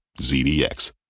ZDX